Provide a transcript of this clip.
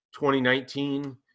2019